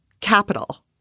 Capital